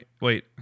Wait